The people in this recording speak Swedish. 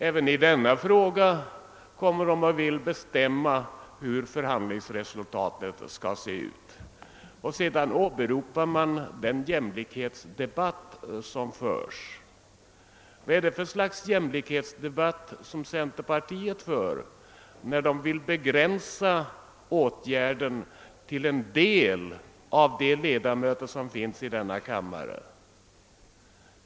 Även i denna fråga kommer = centerpartisterna emellertid och vill bestämma hur förhandlingsresultatet skall se ut, och sedan åberopar man den jämlikhetsdebatt som förs. Vad är det för slags jämlikhetsdebatt som centerpartiet för, när man där vill begränsa åtgärden till en del av de ledamöter som finns i denna kammare?